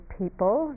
people